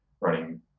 running